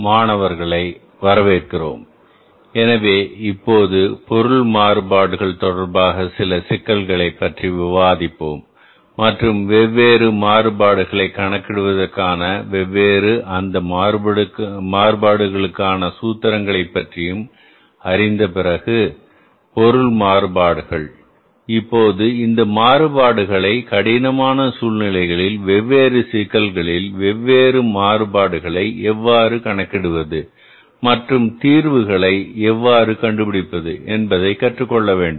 மாணவர்களை வரவேற்கிறோம் எனவே இப்போது பொருள் மாறுபாடுகள் தொடர்பாக சில சிக்கல்களைப் பற்றி விவாதிப்போம் மற்றும் வெவ்வேறு மாறுபாடுகளைக் கணக்கிடுவதற்கான வெவ்வேறு அந்த மாறுபாடுகளுக்கான சூத்திரங்களைப் பற்றி அறிந்த பிறகு பொருள் மாறுபாடுகள் இப்போது இந்த மாறுபாடுகளைகடினமான சூழ்நிலைகளில் வெவ்வேறு சிக்கல்களில்வெவ்வேறு மாறுபாடுகளை எவ்வாறு கணக்கிடுவது மற்றும்தீர்வுகளை எவ்வாறு கண்டுபிடிப்பது என்பதைக் கற்றுக்கொள்ள வேண்டும்